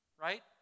right